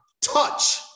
touch